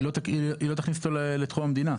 היא לא תכניס אותו לתחום המדינה.